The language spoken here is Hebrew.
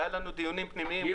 והיו לנו דיונים פנימיים גם